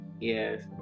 Yes